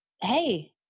hey